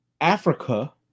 Africa